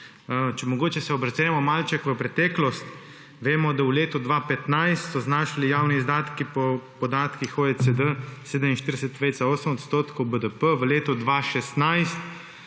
Če mogoče se ozremo malček v preteklost, vemo, da v letu 2015 so znašali javni izdatki po podatkih OECD 47,8 odstotka BDP, v letu 2016